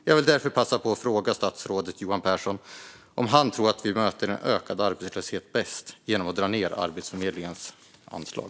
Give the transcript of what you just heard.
Jag vill därför passa på att fråga statsrådet Johan Pehrson om han tror att vi möter en ökad arbetslöshet bäst genom att dra ned Arbetsförmedlingens anslag.